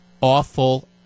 awful